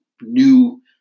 new